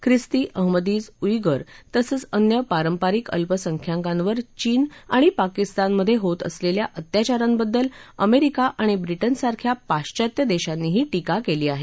ख्रिस्ती अहमदीज उत्तिर तसंच अन्य पारंपरिक अल्पसंख्याकांवर चीन आणि पाकिस्तानमध्ये होत असलेल्या अत्याचारांबद्दल अमेरिका आणि ब्रिटनसारख्या पाश्वात्य देशांनीही टीका केली आहे